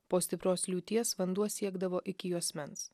po stiprios liūties vanduo siekdavo iki juosmens